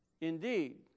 indeed